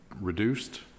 reduced